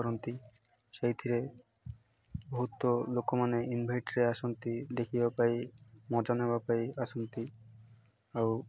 କରନ୍ତି ସେଇଥିରେ ବହୁତ ଲୋକମାନେ ଇନ୍ଭାଇଟ୍ରେ ଆସନ୍ତି ଦେଖିବା ପାଇଁ ମଜା ନେବା ପାଇଁ ଆସନ୍ତି ଆଉ